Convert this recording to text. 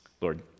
Lord